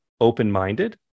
open-minded